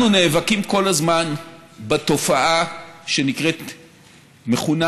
שאנחנו נאבקים כל הזמן בתופעה שמכונה NIMBY,